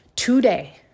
Today